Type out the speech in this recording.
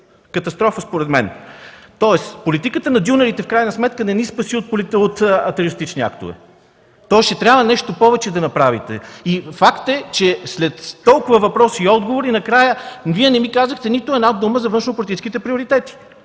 Катастрофа, според мен. Тоест, политиката на дюнерите в крайна сметка не ни спаси от терористични актове. Тоест че трябва нещо повече да направите. Факт е, че след толкова въпроси и отговори накрая Вие не ми казахте нито една дума за външнополитическите приоритети.